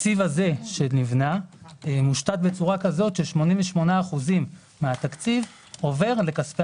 התקציב הזה נבנה בצורה כזאת ש-88% מן התקציב עובר לכספי